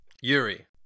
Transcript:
Yuri